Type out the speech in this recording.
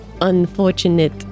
unfortunate